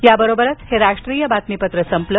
याबरोबरच हे राष्ट्रीय बातमीपत्र संपलं